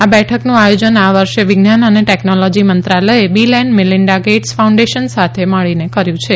આ બેઠકનું આયોજન આ વર્ષે વિજ્ઞાન અને ટેકનોલોજી મંત્રાલયે Bill and Melinda Gates foundation સાથે મળીને કર્યું છે